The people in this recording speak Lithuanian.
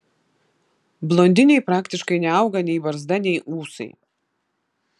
blondinei praktiškai neauga nei barzda nei ūsai